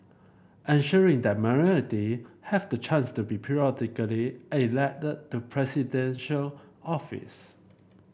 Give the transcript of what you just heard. ensuring that minority have the chance to be periodically elect to Presidential Office